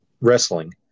wrestling